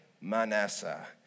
Manasseh